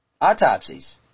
autopsies